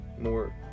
more